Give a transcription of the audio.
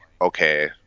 okay